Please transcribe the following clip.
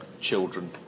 children